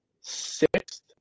sixth